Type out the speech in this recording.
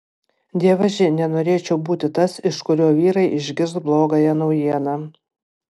dievaži nenorėčiau būti tas iš kurio vyrai išgirs blogąją naujieną